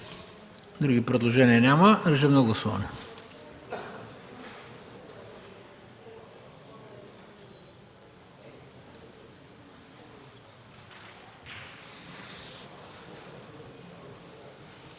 Други предложения няма. Режим на гласуване.